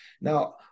Now